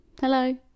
hello